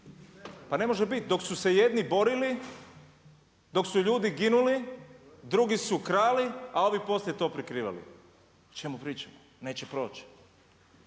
Pa ne može biti, dok su se jedni borili, dok su ljudi ginuli, drugi su krali a ovi poslije to prikrivali. O čemu pričamo? Neće proći.